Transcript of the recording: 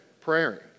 praying